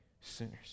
sinners